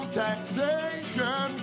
taxation